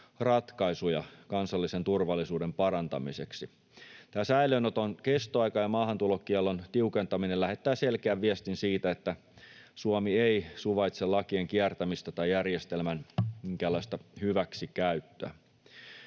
ratkaisuja kansallisen turvallisuuden parantamiseksi. Tämä säilöönoton kestoaika ja maahantulokiellon tiukentaminen lähettää selkeän viestin siitä, että Suomi ei suvaitse lakien kiertämistä tai järjestelmän minkäänlaista